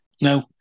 no